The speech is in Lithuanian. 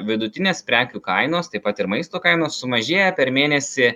vidutinės prekių kainos taip pat ir maisto kainos sumažėja per mėnesį